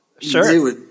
Sure